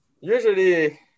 usually